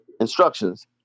instructions